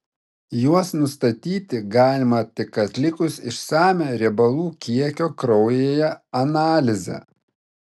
juos nustatyti galima tik atlikus išsamią riebalų kiekio kraujyje analizę